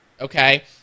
okay